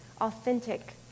authentic